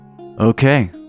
Okay